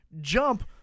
jump